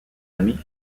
amis